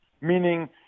meaning